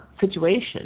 situation